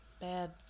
bad